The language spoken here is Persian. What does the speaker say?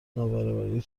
نابرابری